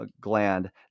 gland